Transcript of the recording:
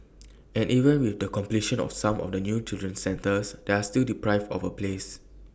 and even with the completion of some of the new childcare centres they are still deprived of A place